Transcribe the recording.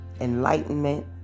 enlightenment